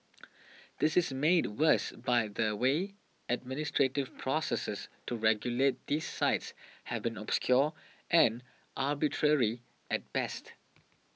this is made worse by the way administrative processes to regulate these sites have been obscure and arbitrary at best